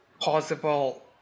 possible